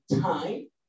time